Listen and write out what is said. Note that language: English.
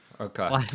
Okay